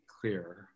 Clear